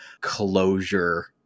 closure